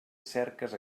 cerques